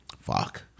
fuck